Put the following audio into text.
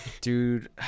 Dude